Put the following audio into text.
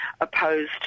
opposed